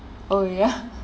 oh ya